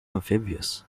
amphibious